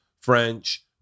French